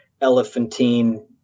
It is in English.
elephantine